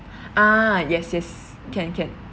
ah yes yes can can